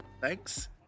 thanks